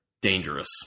dangerous